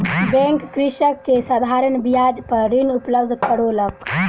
bank कृषक के साधारण ब्याज पर ऋण उपलब्ध करौलक